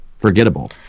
forgettable